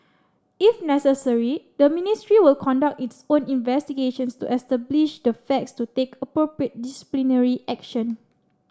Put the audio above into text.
if necessary the Ministry will conduct its own investigations to establish the facts to take appropriate disciplinary action